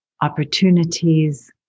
opportunities